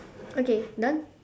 okay done